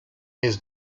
his